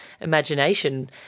imagination